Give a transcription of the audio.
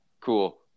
Cool